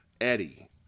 Eddie